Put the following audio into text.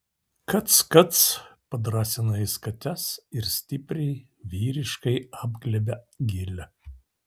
kac kac padrąsina jis kates ir stipriai vyriškai apglėbia gilę